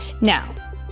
Now